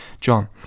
john